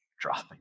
dropping